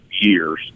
years